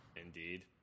Indeed